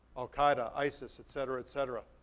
al-qaeda, isis, et cetera, et cetera.